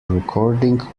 recording